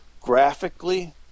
Graphically